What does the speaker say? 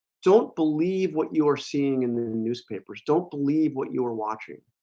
don't believe what you are seeing in the newspapers don't believe what you were watching